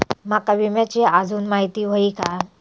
माका विम्याची आजून माहिती व्हयी हा?